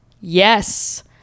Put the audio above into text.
Yes